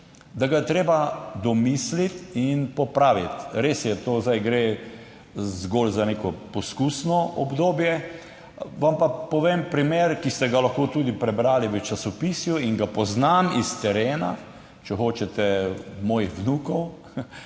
osnovni šoli, domisliti in popraviti. Res je, zdaj gre zgolj za neko poskusno obdobje, vam pa povem primer, ki ste ga lahko tudi prebrali v časopisju in ga poznam s terena, če hočete, mojih vnukov.